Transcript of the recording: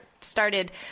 started